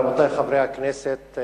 רבותי חברי הכנסת,